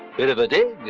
bit of a dig.